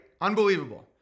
Unbelievable